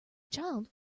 child